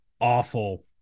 awful